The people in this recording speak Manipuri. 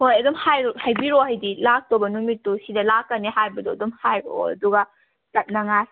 ꯍꯣꯏ ꯑꯗꯨꯝ ꯍꯥꯏꯕꯤꯔꯛꯑꯣ ꯍꯥꯏꯗꯤ ꯂꯥꯛꯇꯧꯕ ꯅꯨꯃꯤꯠꯇꯨ ꯁꯤꯗ ꯂꯥꯛꯀꯅꯤ ꯍꯥꯏꯕꯗꯣ ꯑꯗꯨꯝ ꯍꯥꯏꯔꯛꯑꯣ ꯑꯗꯨꯒ ꯆꯠꯅꯉꯥꯏ